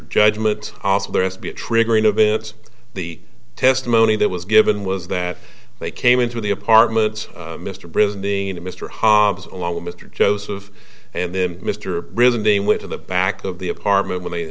judgment also there has to be a triggering event the testimony that was given was that they came into the apartment mr brzezinski and mr hobbs along with mr joseph and then mr risen they went to the back of the apartment when they